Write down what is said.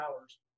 hours